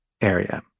area